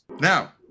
Now